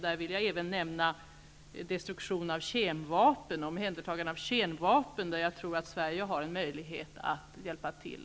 Jag vill även nämna destruktion och omhändertagande av kemiska vapen där jag tror att Sverige har möjlighet att hjälpa till.